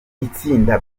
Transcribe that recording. itsinda